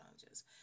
challenges